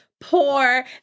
Poor